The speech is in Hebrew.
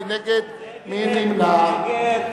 מי נגד?